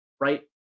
right